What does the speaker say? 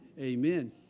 Amen